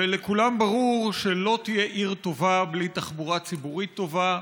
ולכולם ברור שלא תהיה עיר טובה בלי תחבורה ציבורית טובה,